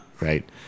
right